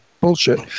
bullshit